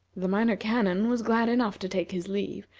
the minor canon was glad enough to take his leave,